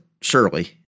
Surely